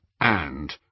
And